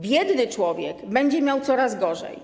Biedny człowiek będzie miał coraz gorzej.